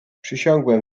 przysiągłem